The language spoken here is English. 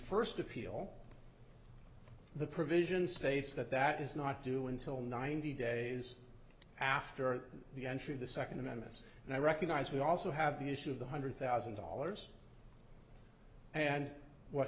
first appeal the provision states that that is not due until ninety days after the entry of the second amendment's and i recognize we also have the issue of the hundred thousand dollars and what